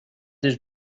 this